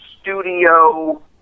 studio